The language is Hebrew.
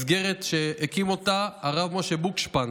מסגרת שהקים אותה הרב משה בוקשפן.